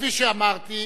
כפי שאמרתי,